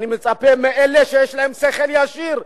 אני מצפה מאלה שיש להם שכל ישר,